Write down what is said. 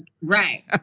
right